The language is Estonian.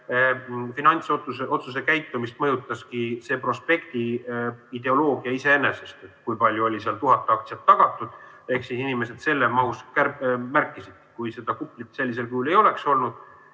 finantsotsuse käitumist mõjutaski see prospekti ideoloogia iseenesest, kui palju oli, seal oli 1000 aktsiat tagatud ehk siis inimesed selles mahus märkisid. Kui seda kuplit sellisel kujul ei oleks olnud,